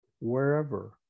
wherever